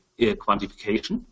quantification